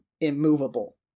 immovable